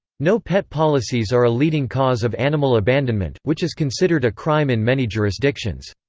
no pet policies are a leading cause of animal abandonment, which is considered a crime in many jurisdictions.